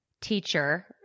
teacher